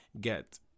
get